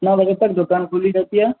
کتنا بجے تک دکان کھلی رہتی ہے